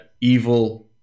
evil